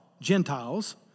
Gentiles